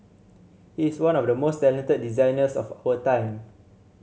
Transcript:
he is one of the most talented designers of our time